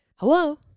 hello